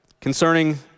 concerning